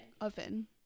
Oven